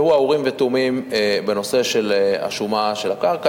שהוא האורים והתומים בנושא של השומה של הקרקע,